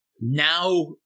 now